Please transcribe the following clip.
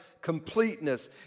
completeness